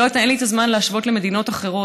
אין לי זמן להשוות למדינות אחרות,